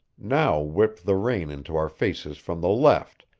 now whipped the rain into our faces from the left,